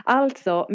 alltså